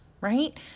right